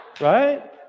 Right